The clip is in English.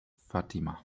fatima